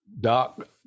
doc